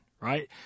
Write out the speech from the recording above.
Right